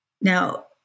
Now